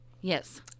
Yes